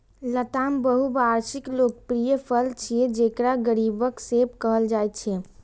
लताम बहुवार्षिक लोकप्रिय फल छियै, जेकरा गरीबक सेब कहल जाइ छै